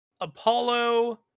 Apollo